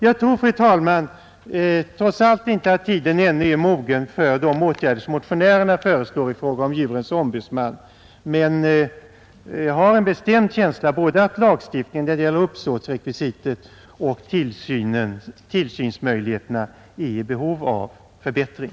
Jag tror, fru talman, trots allt inte att tiden ännu är mogen för den av motionärerna föreslagna åtgärden att tillsätta en djurens ombudsman, men jag har en bestämd känsla av att lagstiftningen när det gäller både uppsåtsrekvisitet vid djurplågeribrottet och tillsynsmöjligheterna är i behov av förbättring.